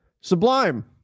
Sublime